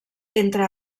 entre